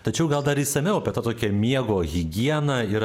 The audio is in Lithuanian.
tačiau gal dar išsamiau apie tokią miego higieną ir